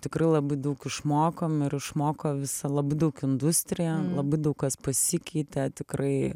tikrai labai daug išmokom ir išmoko visa labai daug industrija labai daug kas pasikeitė tikrai